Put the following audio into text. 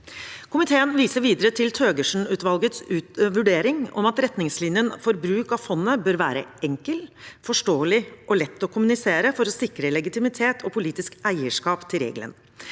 Komiteen viser videre til Thøgersen-utvalgets vurdering om at retningslinjen for bruk av fondet bør være enkel, forståelig og lett å kommunisere for å sikre legitimitet og politisk eierskap til regelen.